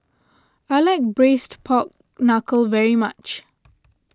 I like Braised Pork Knuckle very much